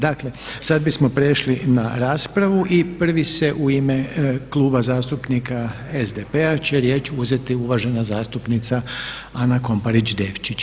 Dakle, sad bismo prešli na raspravu i prva u ime Kluba zastupnika SDP-a će riječ uzeti uvažena zastupnica Ana Komparić Devčić.